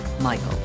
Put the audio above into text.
Michael